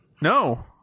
No